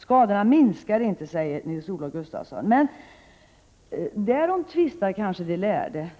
Skadorna minskar inte, säger Nils-Olof Gustafsson. Därom tvistar kanske de lärde.